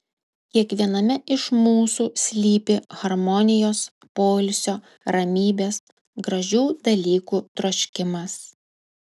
kiekviename iš mūsų slypi harmonijos poilsio ramybės gražių dalykų troškimas